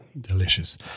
Delicious